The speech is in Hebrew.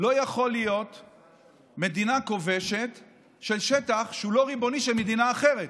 לא יכול להיות שמדינה היא כובשת של שטח שהוא לא ריבוני של מדינה אחרת.